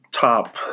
top